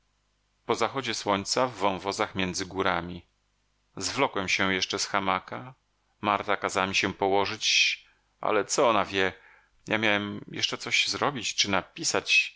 huczy straszliwy młyn zdaje się że mam gorączkę zwlokłem się jeszcze z hamaka marta kazała mi się położyć ale co ona wie ja miałem jeszcze coś zrobić czy napisać